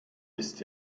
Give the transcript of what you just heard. ist